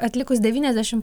atlikus devyniasdešim